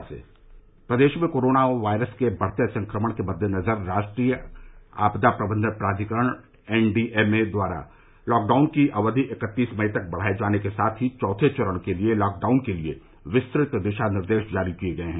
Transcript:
देश में corona virus के बढ़ते संक्रमण के मद्देनजर राष्ट्रीय आपदा प्रबंधन प्राधिकरण एन डी एम ए द्वारा लॉकडाउन की अवधि इकत्तीस मई तक बढ़ाए जाने के साथ ही चौथे चरण के लॉकडाउन के लिए विस्तृत दिशा निर्देश जारी किए गए हैं